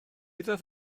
ddaeth